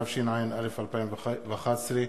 התשע"א 2011,